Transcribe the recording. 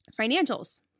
financials